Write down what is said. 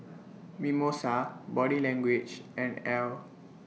Mimosa Body Language and Elle